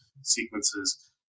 sequences